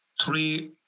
three